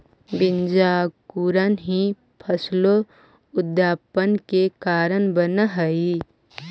बीजांकुरण ही फसलोत्पादन के कारण बनऽ हइ